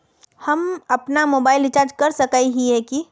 हम अपना mobile recharge कर सकय हिये की?